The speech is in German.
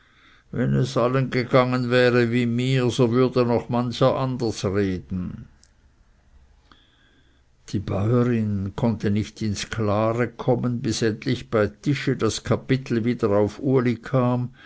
wenn es allen gegangen wäre wie mir so würde noch mancher anders reden die bäurin konnte nicht ins klare kommen bis endlich bei tische das kapitel wieder auf uli kam